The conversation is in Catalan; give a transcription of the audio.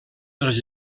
dels